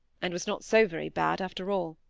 and was not so very bad after all.